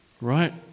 Right